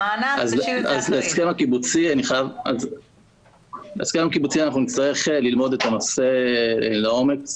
ההסכם הקיבוצי, אנחנו נצטרך ללמוד את הנושא לעומק.